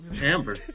Amber